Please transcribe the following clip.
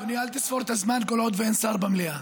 אדוני, אל תספור את הזמן כל עוד אין שר במליאה.